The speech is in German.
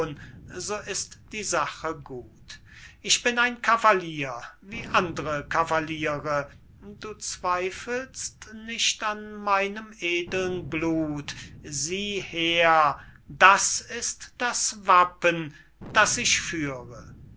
so ist die sache gut ich bin ein cavalier wie andre cavaliere du zweifelst nicht an meinem edlen blut sieh her das ist das wapen das ich führe